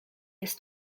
jest